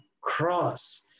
cross